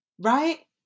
right